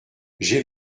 j’ai